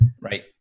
Right